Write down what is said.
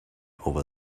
over